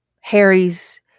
Harry's